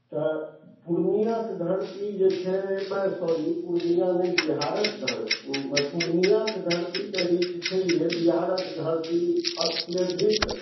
तऽ पूर्णियाके धरती जे छै सॉरी बिहारके धरती पूर्णियाके धरती तऽ रीच छैहे बिहारके धरती अत्यधिक